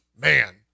man